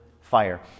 fire